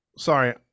Sorry